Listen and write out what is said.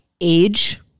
age